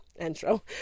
intro